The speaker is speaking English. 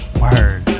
Word